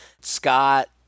Scott